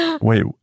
Wait